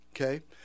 Okay